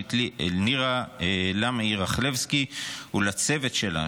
וליועמ"שית נירה לאמעי רכלבסקי ולצוות שלה,